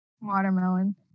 Watermelon